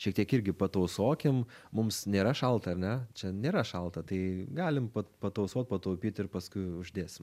šiek tiek irgi patausokim mums nėra šalta ar ne čia nėra šalta tai galim patausot pataupyt ir paskui uždėsim